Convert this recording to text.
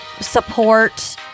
support